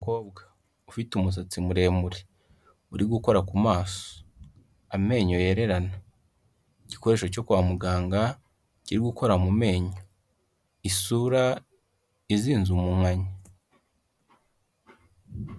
Umukobwa ufite umusatsi muremure uri gukora ku maso, amenyo yererana, igikoresho cyo kwa muganga kiri gukora mu menyo, isura izinze umunkanya.